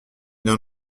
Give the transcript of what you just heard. n’en